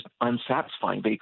unsatisfying